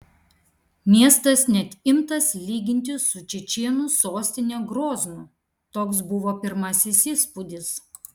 miestas net imtas lyginti su čečėnų sostine groznu toks buvo pirmasis įspūdis